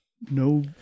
No